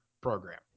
program